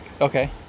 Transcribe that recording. Okay